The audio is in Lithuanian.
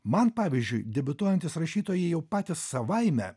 man pavyzdžiui debiutuojantys rašytojai jau patys savaime